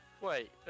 Wait